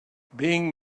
being